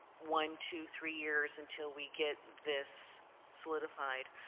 one two three years until we get this solidified